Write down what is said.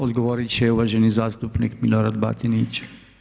Odgovorit će uvaženi zastupnik MIlorad Batinić.